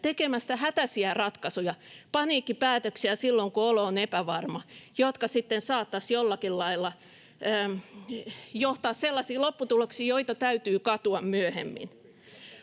tekemästä hätäisiä ratkaisuja, paniikkipäätöksiä silloin, kun olo on epävarma, jotka sitten saattaisivat jollakin lailla johtaa sellaisiin lopputuloksiin, joita täytyy katua myöhemmin.